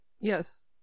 Yes